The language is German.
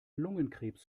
lungenkrebs